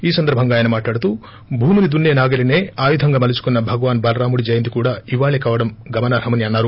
ఈ సందర్బంగా ఆయన మాట్లాడుతూ భూమిని దుస్పే నాగలిసే ఆయుధంగా మలుచుకున్న భగవాస్ బలరాముడి జయంతి కూడా ఇవాళే కావడం గమనార్హమని అన్నారు